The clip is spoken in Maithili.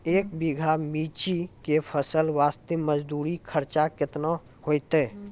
एक बीघा मिर्ची के फसल वास्ते मजदूरी खर्चा केतना होइते?